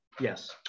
Yes